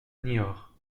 niort